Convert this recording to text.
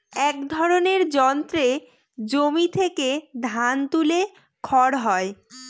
এক ধরনের যন্ত্রে জমি থেকে ধান তুলে খড় হয়